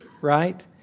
right